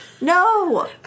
No